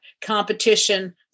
competition